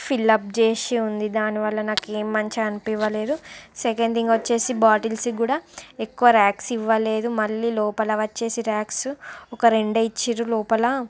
fill up చేసి ఉంది దానివల్ల నాకు ఏమి మంచిగా అనిపించలేదు సెకండ్ థింగ్ వచ్చి బాటిల్స్ కూడా ఎక్కువ ర్యాక్స్ ఇవ్వలేదు మళ్ళీ లోపల వచ్చి ర్యాక్స్ ఒక రెండు ఇచ్చిర్రు లోపల